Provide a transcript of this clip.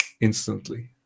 instantly